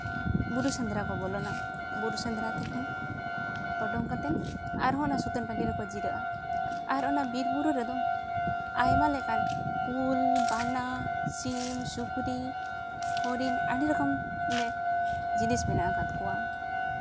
ᱵᱩᱨᱩ ᱥᱮᱸᱫᱽᱨᱟ ᱠᱚ ᱵᱚᱞᱚᱱᱟ ᱵᱩᱨᱩ ᱥᱮᱸᱫᱽᱨᱟ ᱛᱚᱠᱷᱚᱱ ᱚᱰᱳᱝ ᱠᱟᱛᱮ ᱟᱨᱦᱚᱸ ᱚᱱᱟ ᱥᱩᱛᱟᱹᱱ ᱴᱟᱺᱰᱤ ᱨᱮᱠᱚ ᱡᱤᱨᱟᱹᱜᱼᱟ ᱟᱨ ᱚᱱᱟ ᱵᱤᱨᱼᱵᱩᱨᱩ ᱨᱮᱫᱚ ᱟᱭᱢᱟ ᱞᱮᱠᱟ ᱠᱩᱞ ᱵᱟᱱᱟ ᱥᱤᱢ ᱥᱩᱠᱨᱤ ᱦᱚᱨᱤᱱ ᱟᱹᱰᱤ ᱞᱮᱠᱟᱱ ᱜᱮ ᱡᱤᱱᱤᱥ ᱢᱮᱱᱟᱜ ᱠᱟᱜ ᱠᱚᱣᱟ